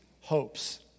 hopes